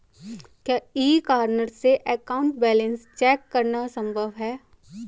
क्या e corner से account balance check करना संभव है?